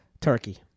Turkey